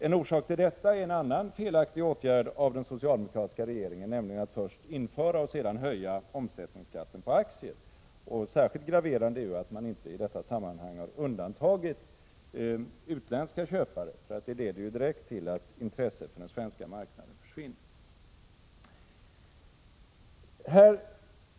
En orsak till detta är en annan felaktig åtgärd av den socialdemokratiska regeringen, nämligen att man först inför och sedan höjer omsättningsskatten på aktier. Särskilt graverande är att man inte i detta sammanhang har undantagit utländska köpare. Det leder direkt till att intresset för den svenska marknaden minskar.